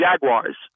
Jaguars